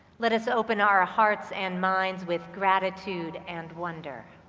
let us open our hearts and minds with gratitude and wonder.